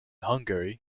hungary